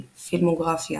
פילמוגרפיה